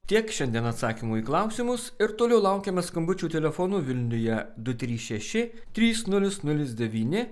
tiek šiandien atsakymų į klausimus ir toliau laukiame skambučių telefonu vilniuje du trys šeši trys nulis nulis devyni